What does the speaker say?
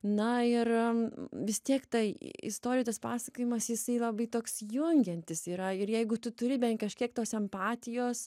na ir vis tiek ta istorijų tas pasakojimas jisai labai toks jungiantis yra ir jeigu tu turi bent kažkiek tos empatijos